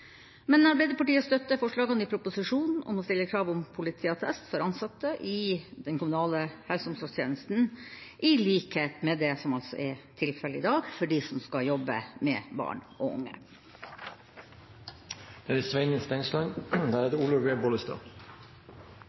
Men Arbeiderpartiet støtter forslagene i proposisjonen om å stille krav om politiattest for ansatte i den kommunale helse- og omsorgstjenesten, i likhet med det som er tilfellet i dag for dem som skal jobbe med barn og